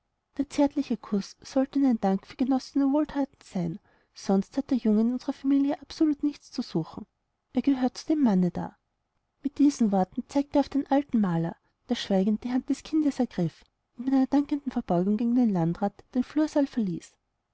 der zärtliche kuß sollte nur ein dank für genossene wohlthaten sein sonst hat der junge in unserer familie absolut nichts zu suchen er gehört dem manne da bei diesen worten zeigte er aufden alten maler der schweigend die hand des kindes ergriff und mit einer dankenden verbeugung gegen den landrat den flursaal verließ